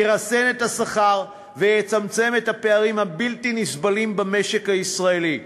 ירסן את השכר ויצמצם את הפערים הבלתי-נסבלים במשק הישראלי.